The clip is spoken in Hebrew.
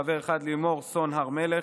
חברה אחת: לימור סון הר מלך,